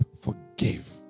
forgive